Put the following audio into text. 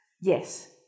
Yes